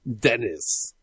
Dennis